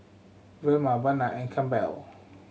Velma Barnard and Campbell